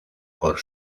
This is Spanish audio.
por